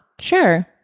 Sure